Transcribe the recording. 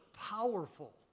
powerful